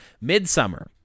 Midsummer